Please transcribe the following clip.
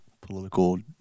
political